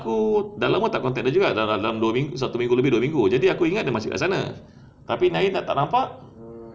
aku dah lama tak contact dia jadi dah dekat dalam dua satu minggu lebih dua minggu jadi aku ingat dia masih kat sana tapi ni hari tak nampak